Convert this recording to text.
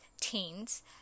teens